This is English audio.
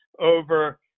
over